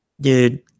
dude